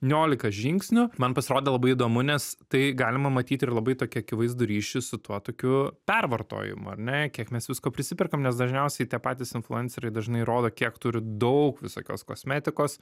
niolika žingsnių man pasirodė labai įdomu nes tai galima matyti ir labai tokį akivaizdų ryšį su tuo tokiu pervartojimu ar ne kiek mes visko prisiperkam nes dažniausiai tie patys influenceriai dažnai rodo kiek turi daug visokios kosmetikos